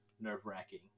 nerve-wracking